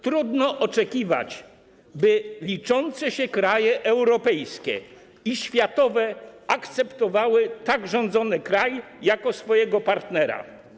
Trudno oczekiwać, by liczące się kraje europejskie i światowe akceptowały tak rządzony kraj jako swojego partnera.